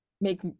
make